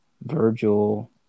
Virgil